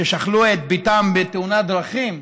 ששכלו את בתם בתאונת דרכים,